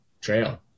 trail